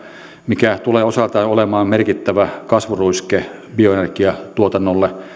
mikä tulee osaltaan olemaan merkittävä kasvuruiske bioenergiatuotannolle